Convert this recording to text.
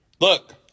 Look